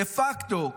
דה-פקטו,